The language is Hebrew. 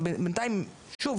שוב,